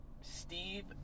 Steve